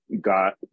got